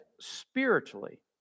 spiritually